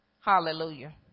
Hallelujah